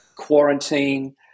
Quarantine